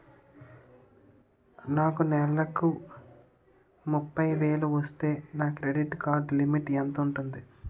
నాకు నెలకు ముప్పై వేలు వస్తే నా క్రెడిట్ కార్డ్ లిమిట్ ఎంత ఉంటాది?